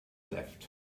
left